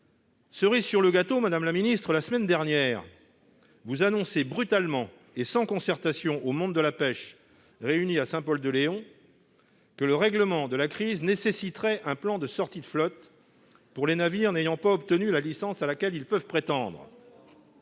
Cerise sur le gâteau, madame la ministre : la semaine dernière, vous avez annoncé brutalement et sans concertation au monde de la pêche, réuni à Saint-Pol-de-Léon, que le règlement de la crise nécessiterait un plan de sortie de flotte pour les navires n'ayant pas obtenu la licence à laquelle ils peuvent prétendre.